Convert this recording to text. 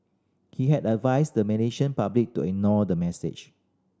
he has advised the Malaysian public to ignore the message